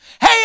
Hey